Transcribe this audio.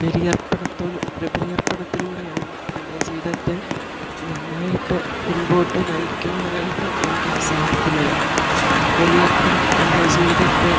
ബലിയർപ്പണത്തിൽ ബലിയർപ്പണത്തിലൂടെയാണ് എൻ്റെ ജീവിതത്തെ നന്നായിട്ട് മുൻപോട്ട് നയിക്കുവാനായിട്ട് എനിക്ക് സാധിക്കുന്നത് ബലിയർപ്പണം എൻ്റെ ജീവിതത്തെ